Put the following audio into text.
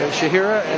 Shahira